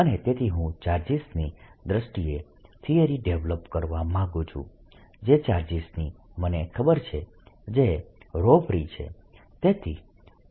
અને તેથી હું ચાર્જીસની દ્રષ્ટિએ થીયરી ડેવલપ કરવા માંગુ છું જે ચાર્જીસની મને ખબર છે જે free છે